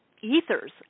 ethers